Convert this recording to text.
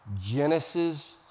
Genesis